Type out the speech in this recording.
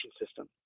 system